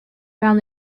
found